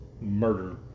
murder